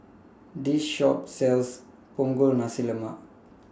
This Shop sells Punggol Nasi Lemak